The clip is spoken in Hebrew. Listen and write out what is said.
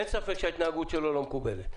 אין ספק שההתנהגות שלו לא מקובלת,